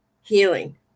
healing